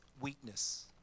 weakness